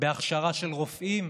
בהכשרה של רופאים,